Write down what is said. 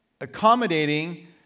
accommodating